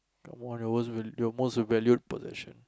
come on your most val~ your most valued possession